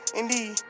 indeed